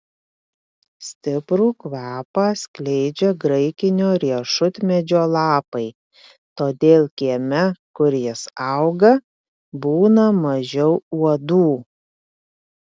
stiprų kvapą skleidžia graikinio riešutmedžio lapai todėl kieme kur jis auga būna mažiau uodų